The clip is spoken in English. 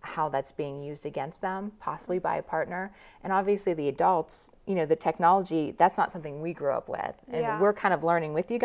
how that's being used against them possibly by a partner and obviously the adults you know the technology that's not something we grew up with we're kind of learning with you